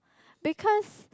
because